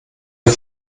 ihr